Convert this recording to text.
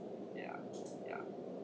yeah yeah